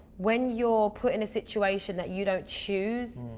when you're put in a situation that you don't choose,